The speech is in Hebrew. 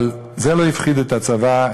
אבל זה לא הפחיד את הצבא,